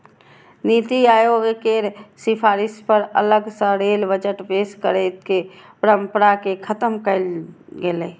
नीति आयोग केर सिफारिश पर अलग सं रेल बजट पेश करै के परंपरा कें खत्म कैल गेलै